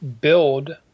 build